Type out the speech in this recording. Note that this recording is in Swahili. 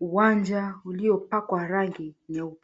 uwanja uliopakwa rangi nyeupe.